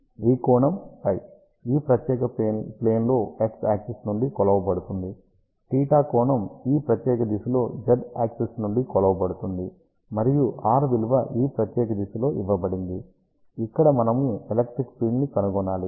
కాబట్టి ఈ కోణం φ ప్రత్యేక ప్లేన్ లో x యాక్సిస్ నుండి కొలవబడుతుంది θ కోణం ఈ ప్రత్యేక దిశలో z యాక్సిస్ నుండి కొలవబడుతుంది మరియు r విలువ ఈ ప్రత్యేక దిశలో ఇవ్వబడింది ఇక్కడ మనము ఎలక్ట్రిక్ ఫీల్డ్ ని కనుగొనాలి